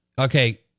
okay